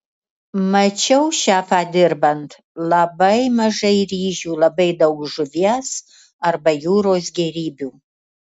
mačiau šefą dirbant labai mažai ryžių labai daug žuvies arba jūros gėrybių